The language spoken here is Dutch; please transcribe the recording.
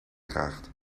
draagt